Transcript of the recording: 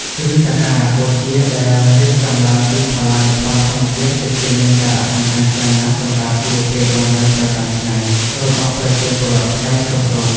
គ្រឿងសក្ការបូជាដែលរៀបចំឡើងពីផលានុផលធម្មជាតិពិតជាមានសារៈសំខាន់ខ្លាំងណាស់សម្រាប់ជីវភាពរស់នៅប្រចាំថ្ងៃរបស់ប្រជាពលរដ្ឋខ្មែរគ្រប់រូប។